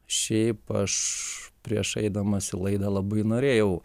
šiaip aš prieš eidamas į laidą labai norėjau